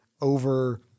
over